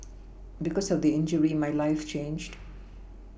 because of the injury my life changed